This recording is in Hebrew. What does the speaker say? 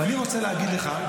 ואני רוצה להגיד לך,